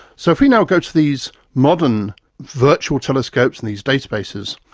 so if we now go to these modern virtual telescopes and these databases,